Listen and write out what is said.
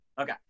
Okay